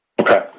Okay